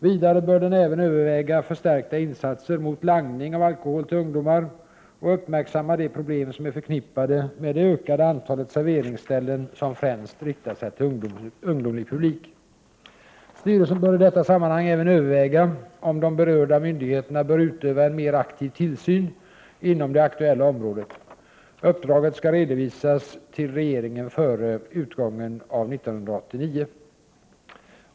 Vidare bör den även överväga förstärkta insatser mot langning av alkohol till ungdomar och uppmärksamma de problem som är förknippade med det ökade antalet serveringsställen som främst riktar sig till en ungdomlig publik. Styrelsen bör i detta sammanhang även överväga om berörda myndigheter bör utöva en mer aktiv tillsyn inom det aktuella området. Uppdraget skall redovisas till regeringen före utgången av år 1989.